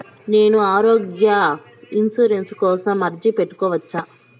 నేను ఆరోగ్య ఇన్సూరెన్సు కోసం అర్జీ పెట్టుకోవచ్చా?